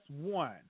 one